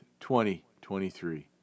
2023